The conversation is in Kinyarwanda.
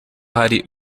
hari